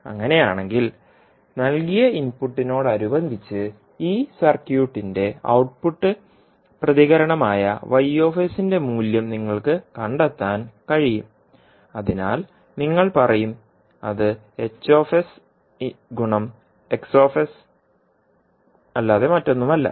അങ്ങനെയാണെങ്കിൽ നൽകിയ ഇൻപുട്ടിനോടനുബന്ധിച്ച് ഈ സർക്യൂട്ടിന്റെ ഔട്ട്പുട്ട് പ്രതികരണമായ ന്റെ മൂല്യം നിങ്ങൾക്ക് കണ്ടെത്താൻ കഴിയും അതിനാൽ നിങ്ങൾ പറയും അത് അല്ലാതെ മറ്റൊന്നുമല്ല